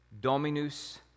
Dominus